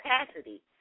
capacity